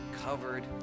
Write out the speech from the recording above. covered